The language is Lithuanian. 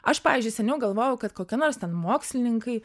aš pavyzdžiui seniau galvojau kad kokie nors ten mokslininkai